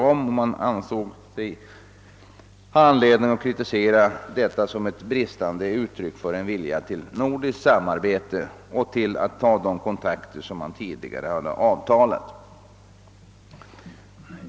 Tidningen ansåg sig ha anledning kritisera detta som ett uttryck för en bristande vilja till nordiskt samarbete och till att ta de kontakter som tidigare hade avtalats.